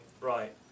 Right